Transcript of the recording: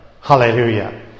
Hallelujah